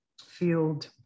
field